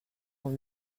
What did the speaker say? ont